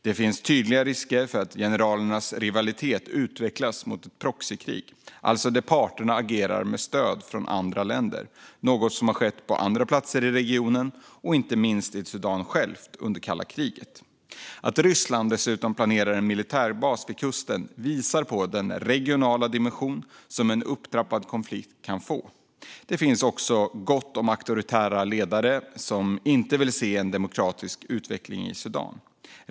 Det finns tydliga risker att generalernas rivalitet utvecklas mot proxykrig, alltså där parterna agerar med stöd från andra länder, något som har skett på andra platser i regionen och inte minst i Sudan självt under kalla kriget. Att Ryssland dessutom planerar en militärbas vid kusten visar på den regionala dimension som en upptrappad konflikt kan få. Det finns också gott om auktoritära ledare som inte vill se en demokratisk utveckling i Sudan.